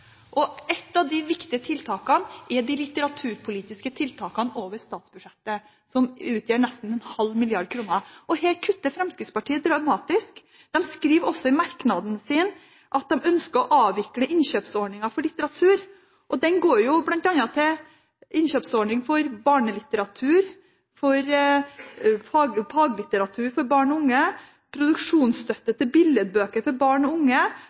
av de viktige tiltakene er de litteraturpolitiske tiltakene over statsbudsjettet, som utgjør nesten ½ mrd. kr. Her kutter Fremskrittspartiet dramatisk. De skriver også i merknaden sin at de ønsker å avvikle innkjøpsordningen for litteratur. Den går bl.a. til innkjøpsordning for barnelitteratur, for faglitteratur for barn og unge, produksjonsstøtte til billedbøker for barn og unge